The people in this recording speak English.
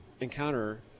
encounter